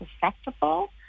susceptible